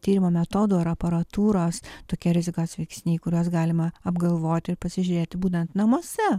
tyrimo metodų ar aparatūros tokie rizikos veiksniai kuriuos galima apgalvoti ir pasižiūrėti būnant namuose